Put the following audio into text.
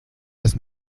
des